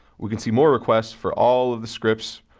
we can see more requests for all of the scripts.